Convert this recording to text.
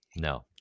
No